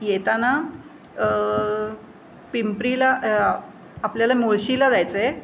येताना पिंपरीला आपल्याला मुळशीला जायचं आहे